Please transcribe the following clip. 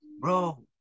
bro